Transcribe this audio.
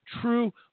true